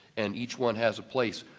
and each one has a place.